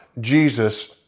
Jesus